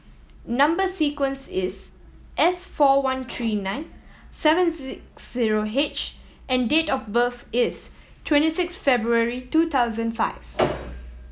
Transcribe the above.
number sequence is S four one three nine seven six zero H and date of birth is twenty six February two thousand five